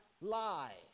lie